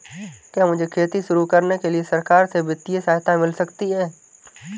क्या मुझे खेती शुरू करने के लिए सरकार से वित्तीय सहायता मिल सकती है?